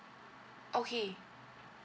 okay